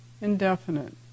Indefinite